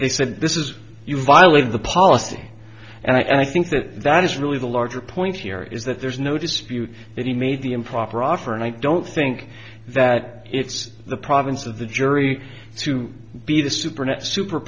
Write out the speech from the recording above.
said this is you violated the policy and i think that that is really the larger point here is that there's no dispute that he made the improper offer and i don't think that it's the province of the jury to be the super not super